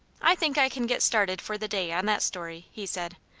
i think i can get started for the day on that story, he said.